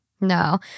No